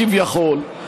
כביכול,